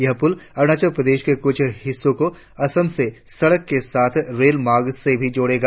यह प्रुल अरुणाचल प्रदेश के कुछ हिस्सों को असम से सड़क के साथ रेलमार्ग से भी जोड़ेगा